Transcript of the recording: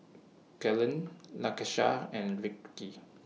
Kellan Lakesha and Vickey